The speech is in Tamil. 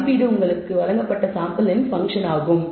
மதிப்பீடு உங்களுக்கு வழங்கப்பட்ட சாம்பிளின் பங்க்ஷன் ஆகும்